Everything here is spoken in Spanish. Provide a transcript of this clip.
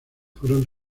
fueron